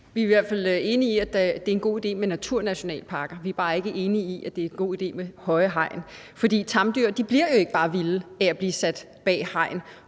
Vi er i hvert fald enige i, at det er en god idé med naturnationalparker; vi er bare ikke enige i, at det er en god idé med høje hegn. For tamdyr bliver jo ikke bare vilde af at blive sat bag hegn